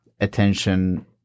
attention